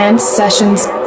sessions